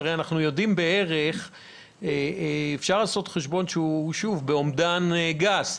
אבל אפשר לעשות חשבון באומדן גס.